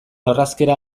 orrazkera